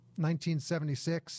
1976